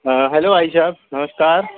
हाँ हेलो भाई साब नमस्कार